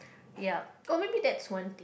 yup oh maybe that's one thing